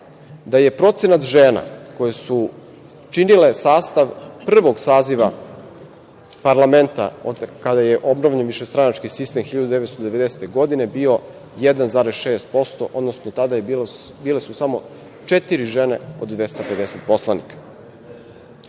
da je procenat žena koje su činile sastav prvog saziva parlamenta kada je obnovljen višestranački sistem 1990. godine, bio 1,6% odnosno tada su bile samo četiri žene od 250 poslanika.